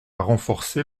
renforcer